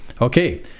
Okay